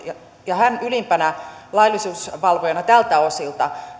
ja hän ylimpänä laillisuusvalvojana tältä osin